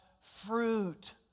fruit